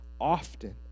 often